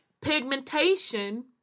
pigmentation